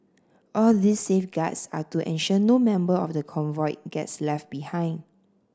all these safeguards are to ensure no member of the convoy gets left behind